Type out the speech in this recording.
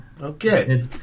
Okay